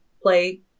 play